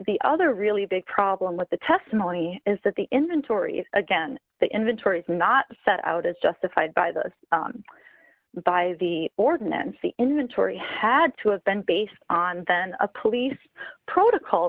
the other really big problem with the testimony is that the inventory again the inventory is not set out as justified by the by the ordinance the inventory had to have been based on then a police protocol